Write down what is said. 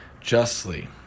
justly